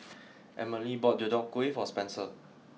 Amelie bought Deodeok Gui for Spencer